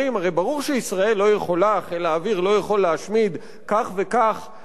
חיל האוויר לא יכול להשמיד כך וכך אתרים תת-קרקעיים באירן,